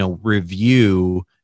review